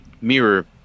mirror